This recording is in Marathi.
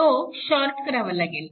तो शॉर्ट करावा लागेल